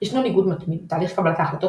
ישנו ניגוד מתמיד בתהליך קבלת ההחלטות